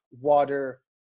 water